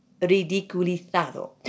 ridiculizado